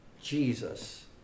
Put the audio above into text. Jesus